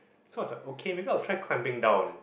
so I was like okay maybe I try climbing down